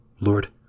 Lord